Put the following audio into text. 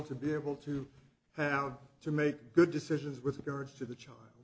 to be able to hound to make good decisions with regards to the child